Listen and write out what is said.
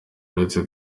uretse